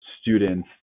students